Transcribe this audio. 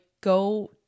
go